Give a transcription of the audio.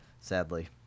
Sadly